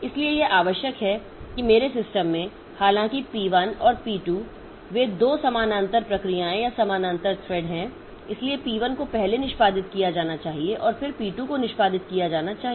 इसलिए यह आवश्यक है कि मेरे सिस्टम में हालांकि पी 1 और पी 2 वे 2 समानांतर प्रक्रियाएं या समानांतर थ्रेड हैं इसलिए पी 1 को पहले निष्पादित किया जाना चाहिए और फिर पी 2 को निष्पादित किया जाना चाहिए